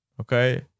okay